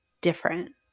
different